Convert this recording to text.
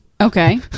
Okay